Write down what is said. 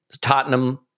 Tottenham